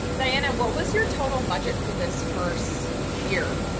diana, what was your total budget for this first year?